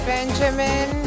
Benjamin